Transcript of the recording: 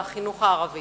יחסרו בחינוך הערבי